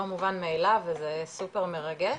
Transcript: זה לא מובן מאליו וזה סופר מרגש.